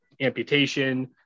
amputation